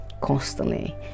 constantly